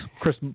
Chris